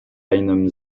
einem